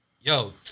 yo